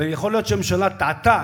ויכול להיות שהממשלה טעתה,